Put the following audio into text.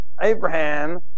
Abraham